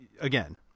Again